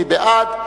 מי בעד?